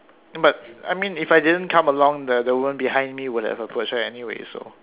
but I mean if I didn't come along the the woman behind me would have approached her anyway so